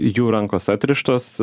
jų rankos atrištos